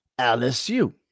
LSU